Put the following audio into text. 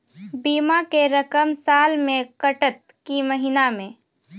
बीमा के रकम साल मे कटत कि महीना मे?